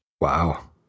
Wow